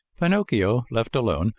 pinocchio, left alone,